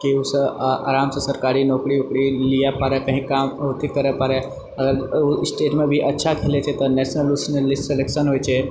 कि ओसभ आरामसँ सरकारी नौकरी उकरी लिअ पारय कहीं काम अथी करय पारय अगर स्टेटमऽ भी अच्छा खेलैत छै तऽ नेशनल सिलेक्शन होयत छै